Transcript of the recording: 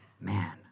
Man